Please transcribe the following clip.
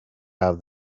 have